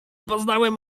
poznałem